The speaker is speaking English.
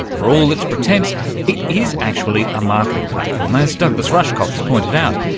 for all its pretence it is actually a marketing platform, as douglas rushkoff has pointed out,